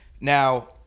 Now